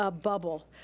ah bubble.